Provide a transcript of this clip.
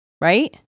right